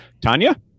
Tanya